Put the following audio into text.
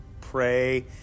pray